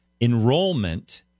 Enrollment